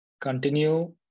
continue